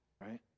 right